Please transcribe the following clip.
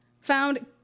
found